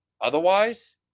otherwise